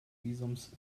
visums